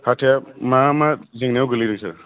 हाथाइया मा मा जेंनायाव गोग्लैदों सार